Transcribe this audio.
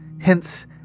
Hence